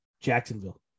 Jacksonville